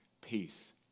peace